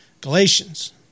Galatians